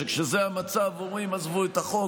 שכשזה המצב אומרים: עזבו את החוק,